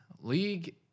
League